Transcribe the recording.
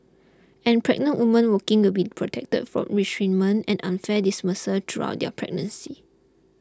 and pregnant woman working will be protected from retrenchment and unfair dismissal throughout their pregnancy